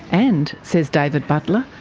and, says david butler,